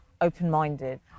open-minded